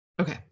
Okay